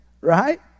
Right